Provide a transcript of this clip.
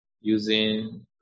using